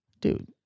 Dude